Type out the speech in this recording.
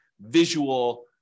visual